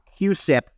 QSIP